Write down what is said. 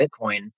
Bitcoin